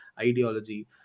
ideology